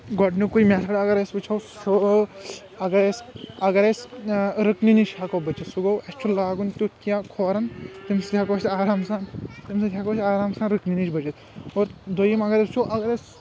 گۄڈٕنکُے method اگر أسۍ وٕچھو سُہ چھُ اگر أسۍ اگر أسۍ رٕکنہِ نِش ہٮ۪کو بٔچِتھ سُہ گوٚو اسہِ چھُنہٕ لاگُن تیُتھ کینٛہہ کھۄرن تمہِ سۭتۍ ہٮ۪کو أسۍ آرام سان تمہِ سۭتۍ ہٮ۪کو أسۍ آرام سان رٕکٕنہِ نِش بٔچِتھ اور دوٚیِم اگر أسۍ وٕچھو اگر أسۍ